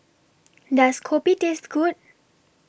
Does Kopi Taste Good